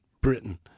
Britain